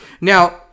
Now